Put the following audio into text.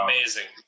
Amazing